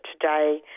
today